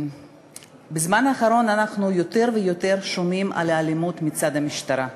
בזמן האחרון אנחנו שומעים יותר ויותר על אלימות מצד המשטרה.